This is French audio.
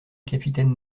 capitaine